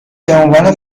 بعنوان